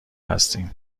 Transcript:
هستیم